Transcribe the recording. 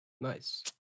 Nice